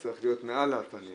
זה צריך להיות מעל הפנים,